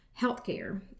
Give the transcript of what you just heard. healthcare